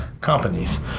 companies